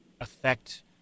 affect